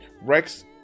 Rex